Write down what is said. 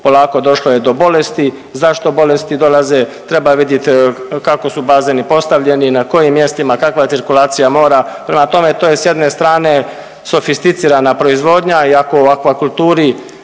polako došlo je do bolesti. Zašto bolesti dolaze? Treba vidjeti kako su bazeni postavljeni, na kojim mjestima, kakva je cirkulacija mora. Prema tome, to je s jedne strane sofisticirana proizvodnja i ako u aquakulturi